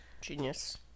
Genius